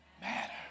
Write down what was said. matter